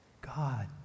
God